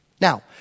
Now